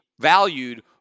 valued